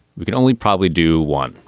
we can only probably do one.